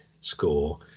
score